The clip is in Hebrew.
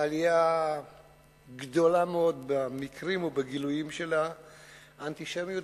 היתה עלייה גדולה מאוד במקרים ובגילויים של האנטישמיות.